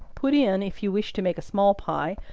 put in, if you wish to make a small pie,